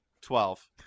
Twelve